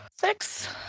Six